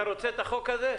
אתה רוצה את החוק הזה?